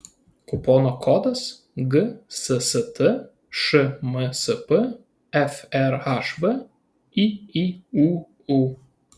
kupono kodas gsst šmsp frhv yyūu